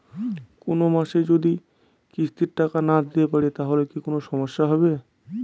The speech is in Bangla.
কোনমাসে যদি কিস্তির টাকা না দিতে পারি তাহলে কি কোন সমস্যা হবে?